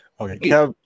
okay